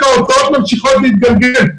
ההוצאות ממשיכות להתגלגל.